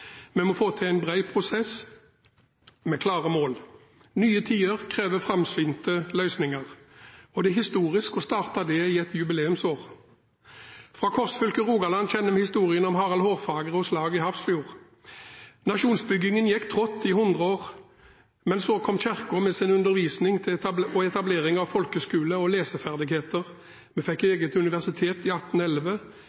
Vi må få til en bred prosess med klare mål. Nye tider krever framsynte løsninger, og det er historisk å starte dette i et jubileumsår. Fra korsfylket Rogaland kjenner vi historien om Harald Hårfagre og slaget ved Hafrsfjord. Nasjonsbyggingen gikk trått i hundreder av år, men så kom kirken med sin undervisning og etablering av folkeskole og leseferdigheter. Vi fikk